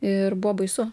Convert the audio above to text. ir buvo baisu